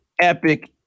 epic